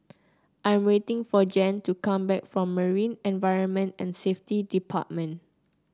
I am waiting for Jan to come back from Marine Environment and Safety Department